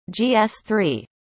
GS3